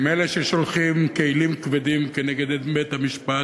הם אלה ששולחים כלים כבדים נגד בית-המשפט,